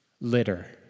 litter